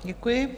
Děkuji.